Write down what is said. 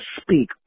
speak